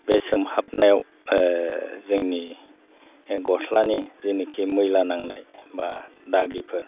बे सोमहाबनायाव जोंनि गस्लानि जेनाखि मैला नांनाय बा दागिफोर